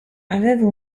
aveva